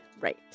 Right